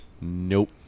Nope